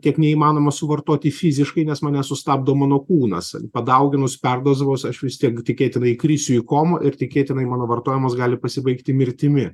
tiek neįmanoma suvartoti fiziškai nes mane sustabdo mano kūnas padauginus perdozavus aš vis tiek tikėtina įkrisiu į komą ir tikėtinai mano vartojimas gali pasibaigti mirtimi